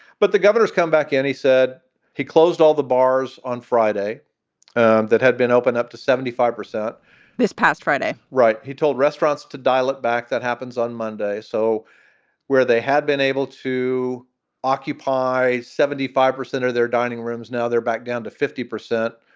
but the governor's come back and he said he closed all the bars on friday and that had been open up to seventy five percent this past friday. right. he told restaurants to dial it back. that happens on monday. so where they had been able to occupy seventy five percent of their dining rooms, now they're back down to fifty percent.